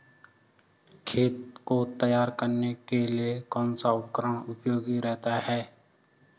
खेत को तैयार करने के लिए कौन सा उपकरण उपयोगी रहता है?